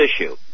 issue